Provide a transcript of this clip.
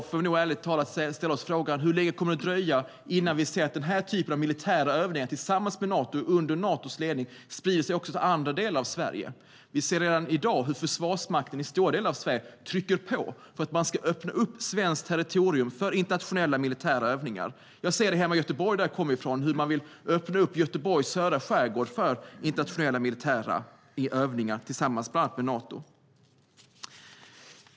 Hur länge kommer det att dröja innan den här typen av militära övningar tillsammans med Nato och under Natos ledning sprider sig till andra delar av Sverige? Vi ser redan i dag hur Försvarsmakten i stora delar av Sverige trycker på för att man ska öppna svenskt territorium för internationella militära övningar. I Göteborg, som jag kommer från, vill man öppna den södra skärgården för internationella militära övningar bland annat tillsammans med Nato.